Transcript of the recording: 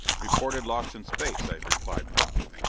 reported lost in space, i replied promptly.